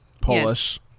polish